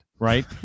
right